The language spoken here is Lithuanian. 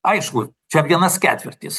aišku čia vienas ketvirtis